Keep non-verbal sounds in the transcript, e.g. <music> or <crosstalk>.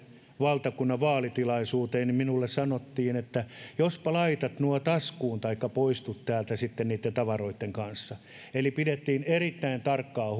valtakunnan vaalitilaisuuteen minulle sanottiin että jospa laitat nuo taskuun taikka poistut täältä niitten tavaroitten kanssa eli pidettiin erittäin tarkkaa <unintelligible>